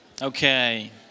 Okay